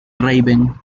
raven